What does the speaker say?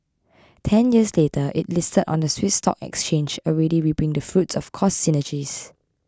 ten years later it listed on the Swiss stock exchange already reaping the fruits of cost synergies